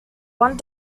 one